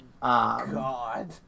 god